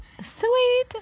Sweet